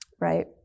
Right